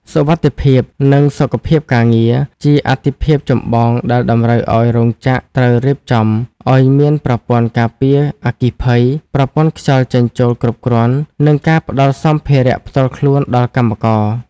សុវត្ថិភាព និងសុខភាពការងារ ជាអាទិភាពចម្បងដែលតម្រូវឱ្យរោងចក្រត្រូវរៀបចំឱ្យមានប្រព័ន្ធការពារអគ្គិភ័យ ប្រព័ន្ធខ្យល់ចេញចូលគ្រប់គ្រាន់ និងការផ្ដល់សម្ភារៈការពារខ្លួនដល់កម្មករ។